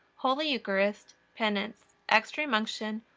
holy eucharist, penance, extreme unction,